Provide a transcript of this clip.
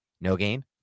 no-gain